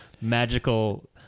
magical